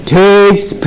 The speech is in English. takes